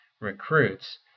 recruits